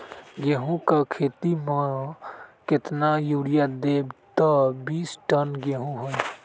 गेंहू क खेती म केतना यूरिया देब त बिस टन गेहूं होई?